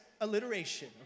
alliteration